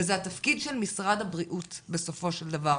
וזה התפקיד של משרד הבריאות בסופו של דבר,